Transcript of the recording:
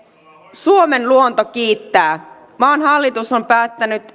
suomen luonto kiittää maan hallitus on päättänyt